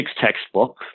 textbook